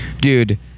Dude